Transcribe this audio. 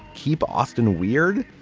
keep austin weird,